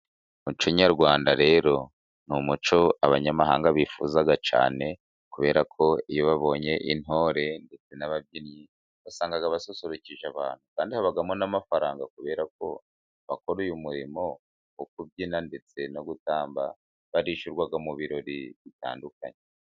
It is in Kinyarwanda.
umuco nyarwanda rero, ni umuco abanyamahanga bifuza cyane. Kubera ko iyo babonye intore ndetse n'ababyinnyi, wasangaga basusurukije abantu. Kandi habamo n'amafaranga, kubera ko abakora uyu murimo wo kubyina ndetse no gutamba, barishyurwa mu birori bitandukanye.